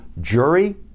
jury